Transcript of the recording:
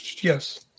yes